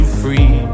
free